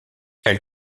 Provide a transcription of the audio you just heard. elle